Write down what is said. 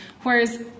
whereas